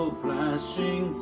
flashing